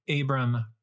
Abram